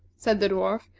said the dwarf,